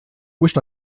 wished